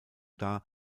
dar